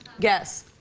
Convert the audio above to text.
guess.